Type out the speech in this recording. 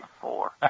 four